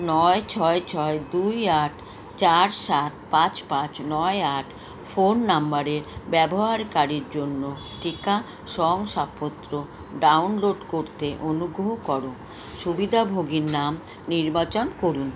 নয় ছয় ছয় দুই আট চার সাত পাঁচ পাঁচ নয় আট ফোন নাম্বারের ব্যবহারকারীর জন্য টিকা শংসাপত্র ডাউনলোড করতে অনুগ্রহ করো সুবিধাভোগীর নাম নির্বাচন করুন